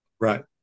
Right